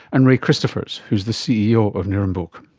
and ray christophers who is the ceo of nirrumbuk.